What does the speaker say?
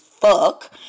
fuck